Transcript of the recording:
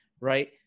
right